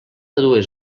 dues